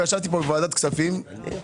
בבקשה, ולדימיר.